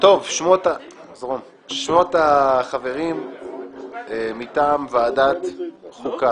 שמות החברים מטעם ועדת חוקה